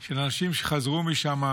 של אנשים שחזרו משם,